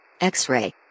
X-Ray